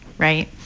Right